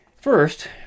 First